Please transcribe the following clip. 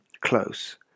close